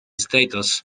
status